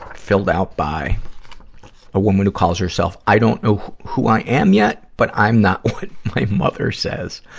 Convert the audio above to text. filled out by a woman who calls herself i don't know who i am yet, but i'm not what my mother says.